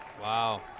Wow